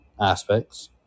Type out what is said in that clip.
aspects